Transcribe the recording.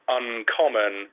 uncommon